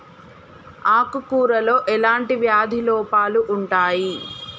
ఆకు కూరలో ఎలాంటి వ్యాధి లోపాలు ఉంటాయి?